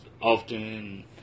often